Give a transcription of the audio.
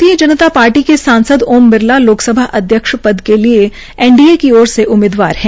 भारतीय जनता पार्टी के सांसद ओम बिरला लोकसभा अध्यक्ष पद के लिए एनडीए की ओर से उम्मीदवार है